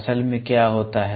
असल में क्या होता है